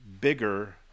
bigger